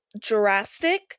drastic